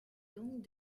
donc